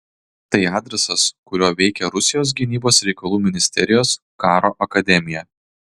tai adresas kuriuo veikia rusijos gynybos reikalų ministerijos karo akademija